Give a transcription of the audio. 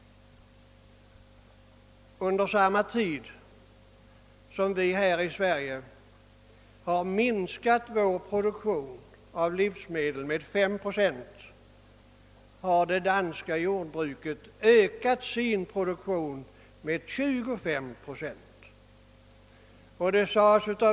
Under samma tid som vi här i Sverige har minskat vår produk tion av livsmedel med 5 procent har det danska jordbruket ökat sin produktion med 25 procent.